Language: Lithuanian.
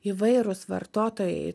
įvairūs vartotojai